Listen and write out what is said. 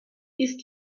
ist